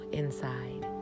inside